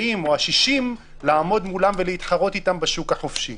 או ה-60 לעמוד מולם ולהתחרות בהם בשוק החופשי.